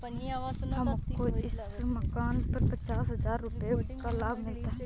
हमको इस मकान पर पचास हजार रुपयों का लाभ मिला है